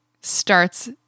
starts